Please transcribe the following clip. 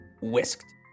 whisked